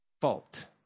fault